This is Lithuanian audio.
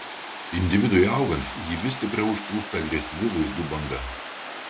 individui augant jį vis stipriau užplūsta agresyvi vaizdų banga